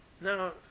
Now